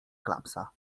klapsa